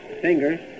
fingers